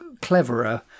cleverer